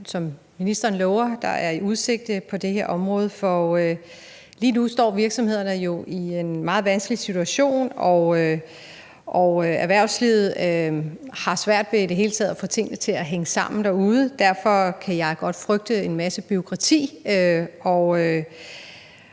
som ministeren lover der er i udsigt, på det her område. Lige nu står virksomhederne jo i en meget vanskelig situation, og erhvervslivet har svært ved i det hele taget at få tingene til at hænge sammen derude, og derfor kan jeg godt frygte en masse bureaukrati. Jeg